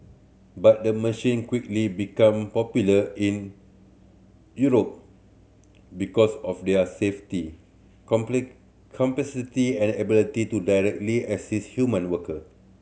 but the machine quickly become popular in Europe because of their safety and ability to directly assist human worker